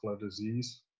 disease